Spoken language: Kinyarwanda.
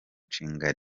nshinga